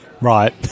Right